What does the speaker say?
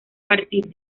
partir